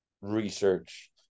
research